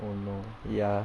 oh no ya